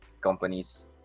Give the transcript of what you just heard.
companies